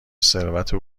ثروت